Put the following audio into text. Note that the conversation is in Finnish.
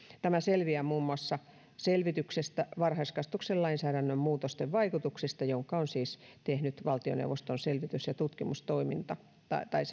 tämä selviää muun muassa selvityksestä varhaiskasvatuksen lainsäädännön muutosten vaikutuksista jonka on siis tehnyt valtioneuvoston selvitys ja tutkimustoiminta tai tai